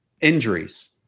Injuries